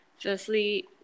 Firstly